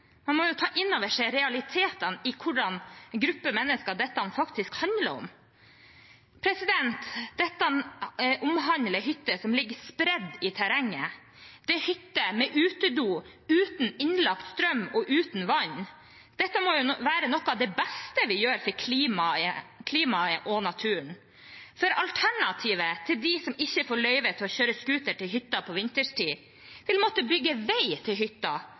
Man må ta inn over seg realitetene i hvilken gruppe mennesker dette faktisk handler om. Dette omhandler hytter som ligger spredt i terrenget. Det er hytter med utedo, uten innlagt strøm og uten vann. Dette må jo være noe av det beste vi gjør for klimaet og naturen, for alternativet til dem som ikke får løyve til å kjøre scooter til hytta vinterstid, er at de vil måtte bygge vei til hytta,